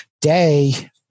day